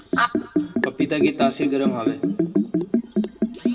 पपीता के तासीर गरम हवे